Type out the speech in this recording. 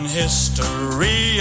history